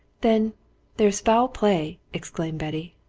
then there's foul play! exclaimed betty.